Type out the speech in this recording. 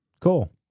cool